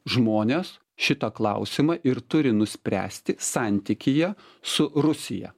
žmonės šitą klausimą ir turi nuspręsti santykyje su rusija